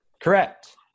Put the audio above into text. Correct